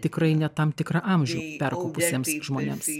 tikrai ne tam tikrą amžių perkopusiems žmonėms